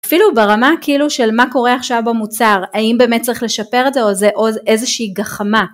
אפילו ברמה כאילו של מה קורה עכשיו במוצר, האם באמת צריך לשפר את זה, או זה עוד איזושהי גחמה.